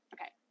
Okay